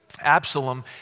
Absalom